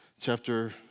chapter